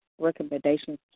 recommendations